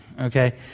Okay